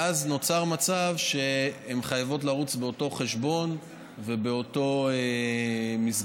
ואז נוצר מצב שהן חייבות לרוץ באותו חשבון ובאותה מסגרת,